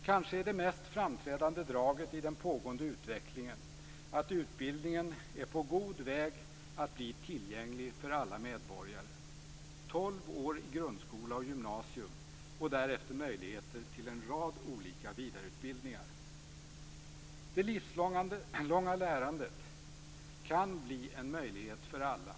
Kanske är det mest framträdande draget i den pågående utvecklingen att utbildningen är på god väg att bli tillgänglig för alla medborgare; tolv år i grundskola och gymnasium och därefter möjligheter till en rad olika vidareutbildningar. Det livslånga lärandet kan bli en möjlighet för alla.